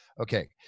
okay